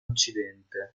occidente